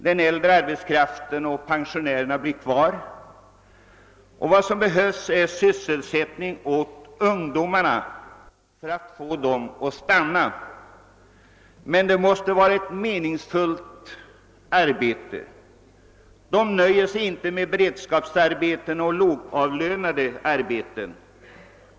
Den äldre arbetskraften och pensionärerna blir kvar. Vad som behövs är sysselsättning åt ungdomarna för att få dem att stanna. Men vi måste ge dem ett meningsfullt arbete. De nöjer sig inte med beredskapsarbeten och lågavlönade arbeten.